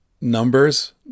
numbers